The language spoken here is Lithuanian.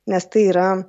nes tai yra